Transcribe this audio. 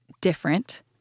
different